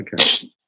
Okay